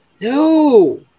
no